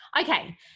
okay